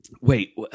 Wait